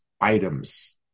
items